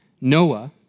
Noah